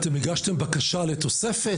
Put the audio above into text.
אתם הגשתם בקשה לתוספת,